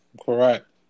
Correct